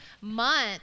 month